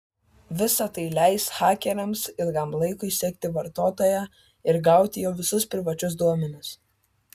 visa tai leis hakeriams ilgam laikui sekti vartotoją ir gauti jo visus privačius duomenis